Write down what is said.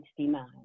1969